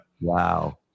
Wow